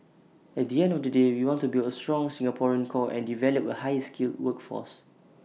at the end of the day we want to build A strong Singaporean core and develop A higher skilled workforce